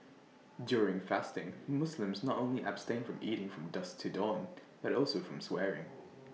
during fasting Muslims not only abstain from eating from dusk to dawn but also from swearing